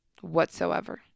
Whatsoever